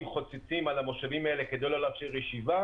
חוצצים על המושבים האלה כדי לא לאפשר ישיבה.